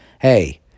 Hey